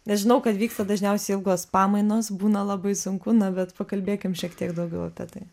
nes žinau kad vyksta dažniausiai ilgos pamainos būna labai sunku na bet pakalbėkim šiek tiek daugiau apie tai